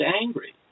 angry